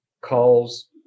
calls